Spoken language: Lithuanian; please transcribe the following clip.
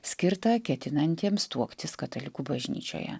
skirtą ketinantiems tuoktis katalikų bažnyčioje